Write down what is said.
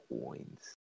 coins